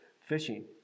fishing